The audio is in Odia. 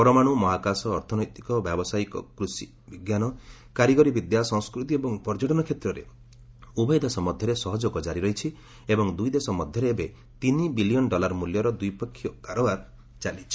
ପରମାଣୁ ମହାକାଶ ଅର୍ଥନୈତିକ ବ୍ୟବସାୟିକ କୃଷି ବିଜ୍ଞାନ କାରିଗରିବିଦ୍ୟା ସଂସ୍କୃତି ଏବଂ ପର୍ଯ୍ୟଟନ କ୍ଷେତ୍ରରେ ଉଭୟ ଦେଶ ମଧ୍ୟରେ ଏବେ ସହଯୋଗ ଜାରି ରହିଛି ଏବଂ ଦୁଇ ଦେଶ ମଧ୍ୟରେ ତିନି ବିଲିୟନ୍ ଡଲାର୍ ମିଲ୍ୟର ଦ୍ୱିପକ୍ଷିୟ କାରବାର ଚାଲିଛି